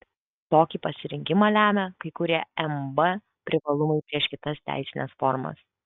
tokį pasirinkimą lemia kai kurie mb privalumai prieš kitas teisines formas